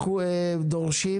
אנחנו דורשים